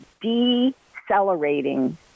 decelerating